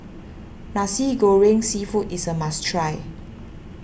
Nasi Goreng Seafood is a must try